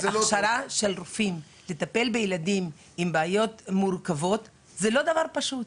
הכשרה של רופאים לטפל בילדים עם בעיות מורכבות זה לא דבר פשוט.